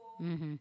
mmhmm